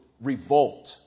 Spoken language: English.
revolt